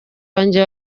wanjye